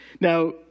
Now